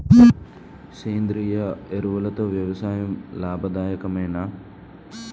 సేంద్రీయ ఎరువులతో వ్యవసాయం లాభదాయకమేనా?